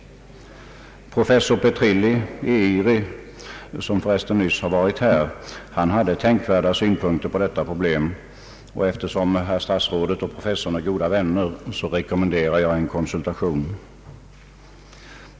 Professor Petrilli, som nyligen har varit här, hade tänkvärda synpunkter på detta problem, och eftersom professorn och herr statsrådet är goda vänner rekommenderar jag en konsultation.